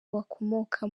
bakomoka